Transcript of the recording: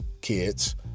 kids